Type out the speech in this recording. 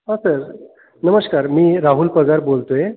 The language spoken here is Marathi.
हां सर नमश्कार मी राहुल पगार बोलतोय